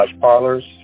parlors